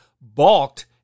balked